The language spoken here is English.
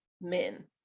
men